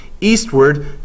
eastward